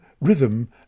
rhythm